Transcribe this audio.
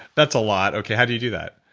that's a lot. okay, how do you do that?